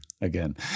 again